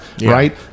right